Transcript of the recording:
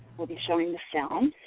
we'll be showing the film.